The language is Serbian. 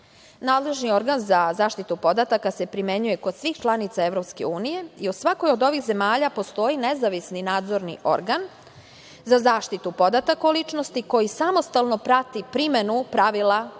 organ za zaštitu podataka se primenjuje kod svih članica EU i u svakoj od ovih zemalja postoji nezavisni nadzorni organ za zaštitu podataka o ličnosti koji samostalno prati primenu pravila o